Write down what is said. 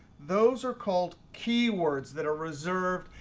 those are called keywords that are reserved.